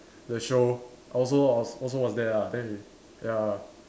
the show I also was also was there ah then they ya